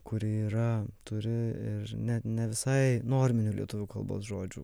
kuri yra turi ir ne ne visai norminių lietuvių kalbos žodžių